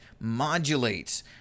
modulates